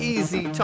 Easy